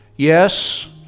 Yes